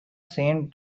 same